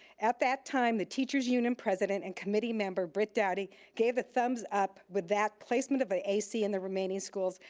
at that time, the teachers union president and committee member, britt dowdy gave the thumbs up. with that placement of the ac in the remaining schools,